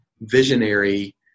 visionary